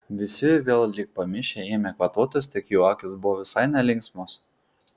visi vėl lyg pamišę ėmė kvatotis tik jų akys buvo visai nelinksmos